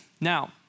Now